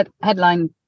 headline